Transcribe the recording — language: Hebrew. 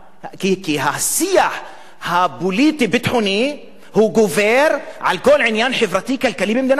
כי השיח הפוליטי-ביטחוני גובר על כל עניין חברתי-כלכלי במדינת ישראל.